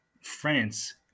France